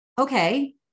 okay